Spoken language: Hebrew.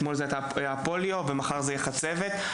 אתמול זה היה פוליו ומחר חצבת.